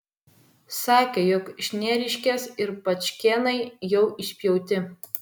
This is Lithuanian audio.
sakė jog šnieriškės ir pačkėnai jau išpjauti